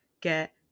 get